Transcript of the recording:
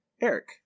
Eric